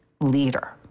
leader